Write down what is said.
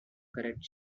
correct